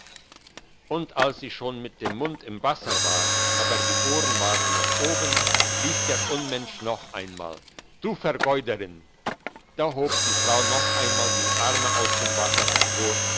und als sie schon mit dem mund im wasser war aber die ohren waren noch oben rief der unmensch noch einmal du vergeuderin da hob die frau noch einmal die arme aus dem wasser empor